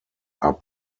are